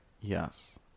Yes